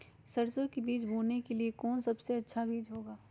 सरसो के बीज बोने के लिए कौन सबसे अच्छा बीज होगा?